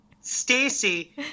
Stacy